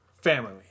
family